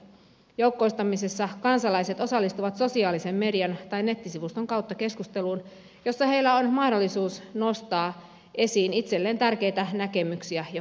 joukkoistamisessa kansalaiset osallistuvat sosiaalisen median tai nettisivuston kautta keskusteluun jossa heillä on mahdollisuus nostaa esiin itselleen tärkeitä näkemyksiä johonkin asiaan